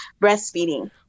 breastfeeding